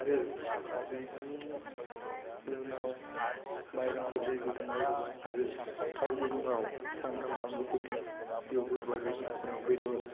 आरो बेनि उनाव माइरंखौ दै गुदुङाव रुबाय आरो थाव गुदुङाव सामब्राम बानलुखौ एवग्रोबाय बेनि उनाव बेदर